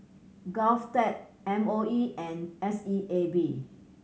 GovTech M O E and S E A B